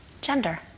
gender